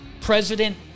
President